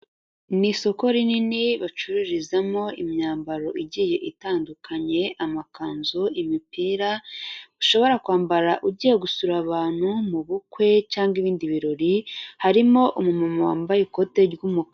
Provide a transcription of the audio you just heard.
Ni isoko rinini bacururizamo imyambaro igiye itandukanye; amakanzu, imipira ushobora kwambara ugiye gusura abantu, mu bukwe cyangwa ibindi birori, harimo umuntu wambaye ikoti ry'umuka.